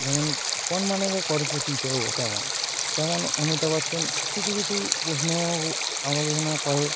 যেমন কৌন বনেগা ক্রোরপতিতেও তেমন তেমন অমিতাভ বচ্চন কিছু কিছু প্রশ্নও আলোচনা করে